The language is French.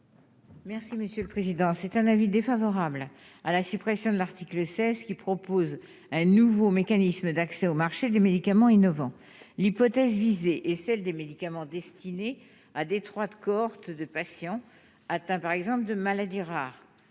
Merci monsieur le président, c'est un avis défavorable à la suppression de l'article 16 qui propose un nouveau mécanisme d'accès au marché des médicaments innovants l'hypothèse visée et celle des médicaments destinés à Detroit de cohortes de patients atteints par exemple de maladies rares,